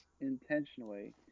intentionally